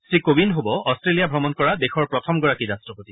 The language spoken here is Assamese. শ্ৰী কোবিন্দ হ'ব অট্টেলিয়া ভ্ৰমণ কৰা দেশৰ প্ৰথমগৰাকী ৰট্টপতি